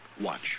Watch